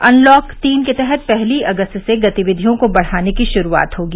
unlock तीन के तहत पहली अगस्त से गतिविधियों को बढ़ाने की शुरुआत होगी